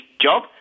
job